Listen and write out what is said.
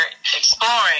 exploring